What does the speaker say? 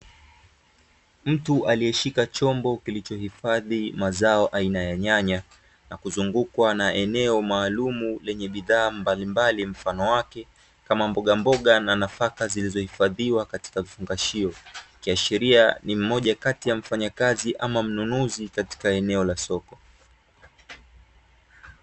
Mtu aliyeshika chombo kilichohifadhi mazao aina ya nyanya, na kuzungukwa na eneo maalumu lenye bidhaa mbalimbali mfano wake kama mbogamboga na nafaka, zilizo hifadhiwa katika vifungashio. Ikiashiria ni mmoja ya kati ya mfanyakazi au mnunuzi katika eneo la soko.